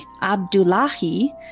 Abdullahi